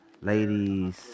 Ladies